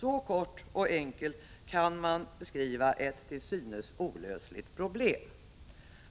Så kort och enkelt kan man beskriva ett till synes olösligt problem.